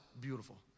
beautiful